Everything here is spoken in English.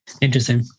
Interesting